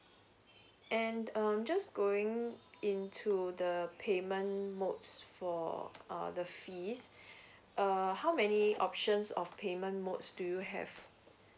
and um just going into the payment modes for uh the fees err how many options of payment modes do you have